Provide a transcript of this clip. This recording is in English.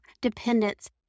dependence